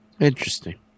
Interesting